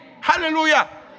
Hallelujah